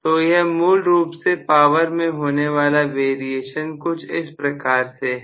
तो यह मूल रूप से पावर में होने वाला वेरिएशन कुछ इस प्रकार से है